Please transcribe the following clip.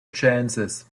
chances